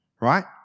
right